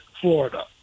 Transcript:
florida